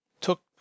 took